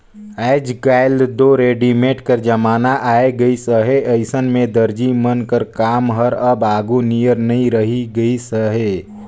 आएज काएल दो रेडीमेड कर जमाना आए गइस अहे अइसन में दरजी मन कर काम हर अब आघु नियर नी रहि गइस अहे